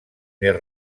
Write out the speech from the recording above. més